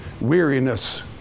Weariness